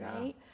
right